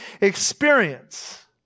experience